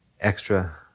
extra